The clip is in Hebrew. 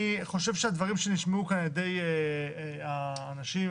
אני חושב שהדברים שנשמעו פה על ידי האנשים,